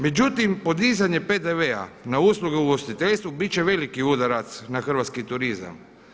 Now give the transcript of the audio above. Međutim podizanje PDV-a na usluge u ugostiteljstvu biti će veliki udarac na hrvatski turizam.